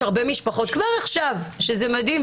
יש הרבה משפחות כבר עכשיו -- זה מדהים,